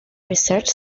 research